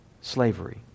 slavery